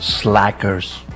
Slackers